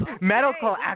Medical